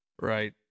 Right